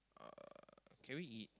uh can we eat